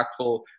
impactful